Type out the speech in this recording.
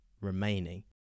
remaining